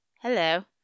hello